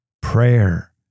Prayer